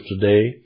today